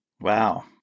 Wow